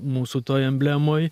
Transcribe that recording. mūsų toj emblemoj